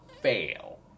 fail